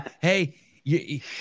Hey